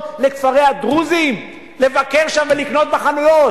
לכפרי הדרוזים לבקר שם ולקנות בחנויות,